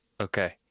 Okay